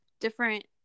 different